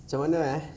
macam mana eh